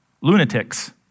lunatics